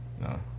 No